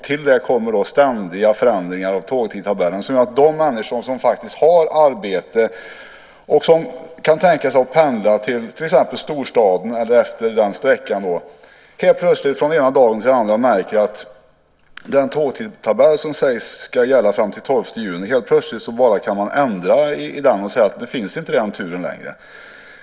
Till det kommer ständiga förändringar av tågtidtabeller: Det gör att människor som har arbete och som kan tänka sig att pendla till exempelvis storstaden helt plötsligt från den ena dagen till den andra märker att den tågtidtabell som sägs ska gälla fram till den 12 juni är ändrad. Man säger att den och den turen inte längre finns.